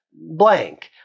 blank